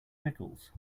pickles